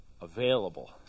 available